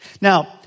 Now